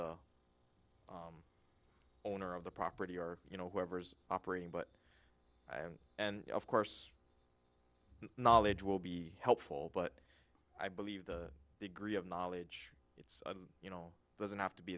the owner of the property or you know whoever's operating but and and of course knowledge will be helpful but i believe the degree of knowledge it's you know doesn't have to be